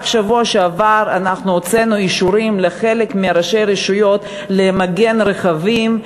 רק בשבוע שעבר אנחנו הוצאנו אישורים לחלק מראשי הרשויות למגן רכבים.